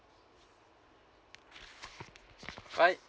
bye